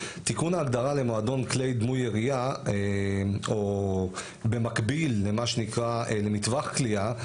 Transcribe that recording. תיקון ההגדרה למועדון כלי דמוי ירייה או במקביל למה שנקרא למטווח קליעה,